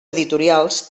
editorials